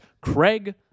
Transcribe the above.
Craig